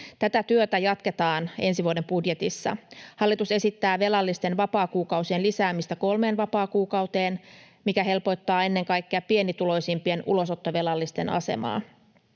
Tätä työtä jatketaan ensi vuoden budjetissa. Hallitus esittää velallisten vapaakuukausien lisäämistä kolmeen vapaakuukauteen, mikä helpottaa ennen kaikkea pienituloisimpien ulosottovelallisten asemaa.